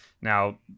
Now